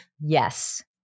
Yes